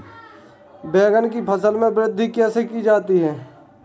बैंगन की फसल में वृद्धि कैसे की जाती है?